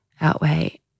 outweigh